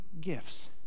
gifts